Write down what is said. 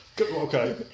Okay